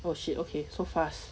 oh shit okay so fast